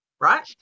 right